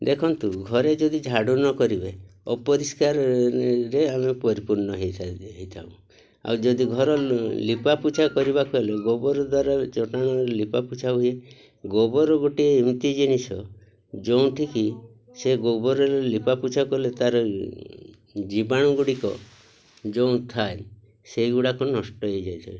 ଦେଖନ୍ତୁ ଘରେ ଯଦି ଝାଡ଼ୁ ନ କରିବେ ଅପରିଷ୍କାରରେ ଆମେ ପରିପୂର୍ଣ୍ଣ ହେଇଥାଉ ଆଉ ଯଦି ଘର ଲିପା ପୁଛା କରିବାକୁ ହେଲେ ଗୋବର ଦ୍ୱାରା ଜଟଣାରେ ଲିପା ପୋଛା ହୁଏ ଗୋବର ଗୋଟିଏ ଏମିତି ଜିନିଷ ଯେଉଁଠିକି ସେ ଗୋବରରେ ଲିପା ପୁଛା କଲେ ତା'ର ଜୀବାଣୁ ଗୁଡ଼ିକ ଯେଉଁ ଥାଏ ସେଗୁଡ଼ାକ ନଷ୍ଟ ହେଇଯାଇଥାଏ